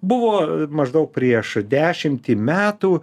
buvo maždaug prieš dešimtį metų